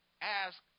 ask